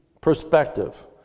perspective